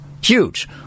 Huge